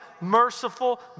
merciful